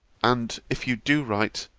and, if you do write,